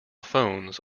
phones